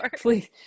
Please